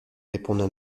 répondit